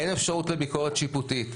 אין אפשרות לביקורת שיפוטית,